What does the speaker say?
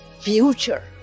future